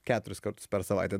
keturis kartus per savaitę